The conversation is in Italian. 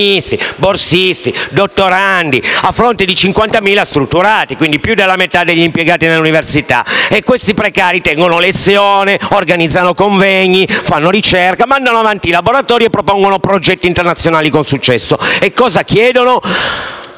borsisti e dottorandi, a fronte di 50.000 strutturati - quindi più della metà degli impiegati all'università - che tengono lezione, organizzano convegni, fanno ricerca, mandano avanti i laboratori e propongono progetti internazionali con successo. Cosa chiedono?